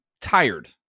tired